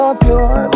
pure